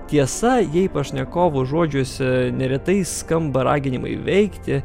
tiesa jei pašnekovo žodžiuose neretai skamba raginimai veikti